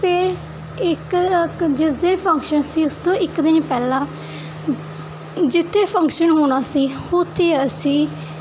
ਫਿਰ ਇੱਕ ਜਿਸ ਦਿਨ ਫੰਕਸ਼ਨ ਸੀ ਉਸ ਤੋਂ ਇੱਕ ਦਿਨ ਪਹਿਲਾਂ ਜਿੱਥੇ ਫੰਕਸ਼ਨ ਹੋਣਾ ਸੀ ਉੱਥੇ ਅਸੀਂ